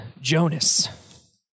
Jonas